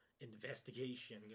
investigation